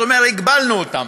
הגבלנו אותן.